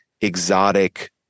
exotic